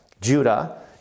Judah